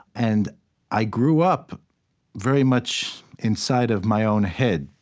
and i grew up very much inside of my own head.